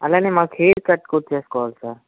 అలానే మాకు haircut కూడా చేసుకోవాలి సార్